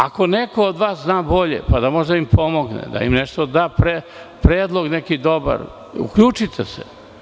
Ako neko od vas zna bolje, pa da može da im pomogne, da im da predlog neki dobar, uključite se.